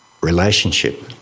relationship